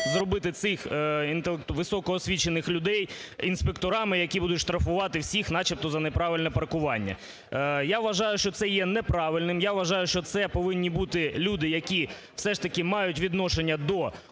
зробити цих високоосвічених людей інспекторами, які будуть штрафувати всіх начебто за неправильне паркування. Я вважаю, що це є неправильним, я вважаю, що це повинні бути люди, які все ж таки мають відношення до